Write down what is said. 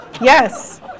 yes